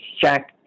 Jack